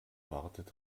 wartet